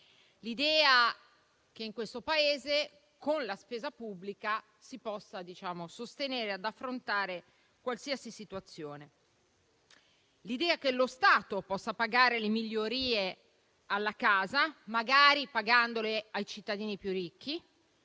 l'idea che in questo Paese, con la spesa pubblica, si possa sostenere e affrontare qualsiasi situazione; l'idea che lo Stato possa pagare le migliorie alla casa, magari pagandole ai cittadini più ricchi,